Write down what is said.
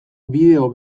bideo